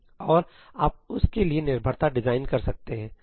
और आप उस के लिए निर्भरता डिजाइन कर सकते हैं